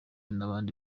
n’abandi